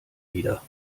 wieder